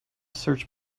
search